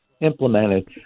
implemented